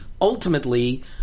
ultimately